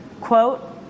quote